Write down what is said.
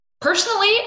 Personally